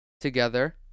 together